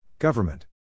Government